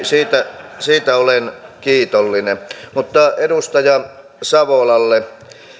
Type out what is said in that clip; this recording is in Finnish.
siitä siitä olen kiitollinen mutta edustaja savolalle